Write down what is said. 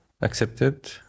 accepted